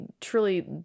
truly